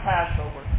Passover